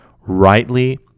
rightly